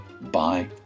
Bye